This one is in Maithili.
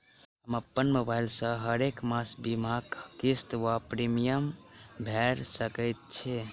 हम अप्पन मोबाइल सँ हरेक मास बीमाक किस्त वा प्रिमियम भैर सकैत छी?